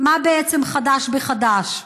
מה בעצם חדש בחד"ש?